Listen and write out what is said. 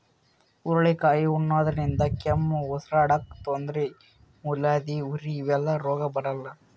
ಹುರಳಿಕಾಯಿ ಉಣಾದ್ರಿನ್ದ ಕೆಮ್ಮ್, ಉಸರಾಡಕ್ಕ್ ತೊಂದ್ರಿ, ಮೂಲವ್ಯಾಧಿ, ಉರಿ ಇವೆಲ್ಲ ರೋಗ್ ಬರಲ್ಲಾ